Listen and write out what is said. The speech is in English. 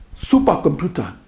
supercomputer